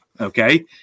okay